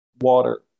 water